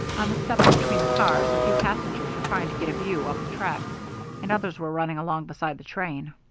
on the steps between the cars a few passengers were trying to get a view up the track and others were running along beside the train.